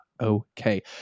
okay